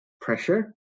pressure